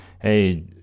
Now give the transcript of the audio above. Hey